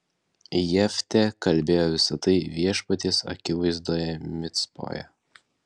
jeftė kalbėjo visa tai viešpaties akivaizdoje micpoje